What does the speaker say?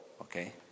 Okay